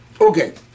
Okay